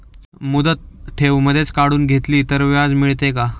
मुदत ठेव मधेच काढून घेतली तर व्याज मिळते का?